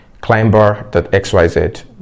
Climber.xyz